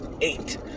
eight